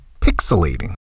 pixelating